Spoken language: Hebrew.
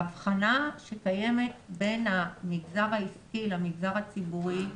ההבחנה שקיימת בין המגזר העסקי למגזר הציבורי היא